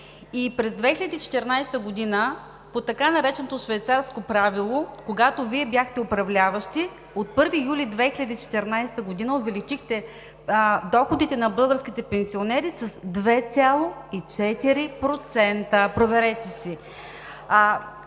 През 2014 г. по така нареченото швейцарско правило, когато Вие бяхте управляващи, от 1 юли 2014 г. увеличихте доходите на българските пенсионери с 2,4%. (Реплики